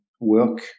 work